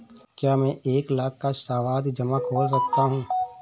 क्या मैं एक लाख का सावधि जमा खोल सकता हूँ?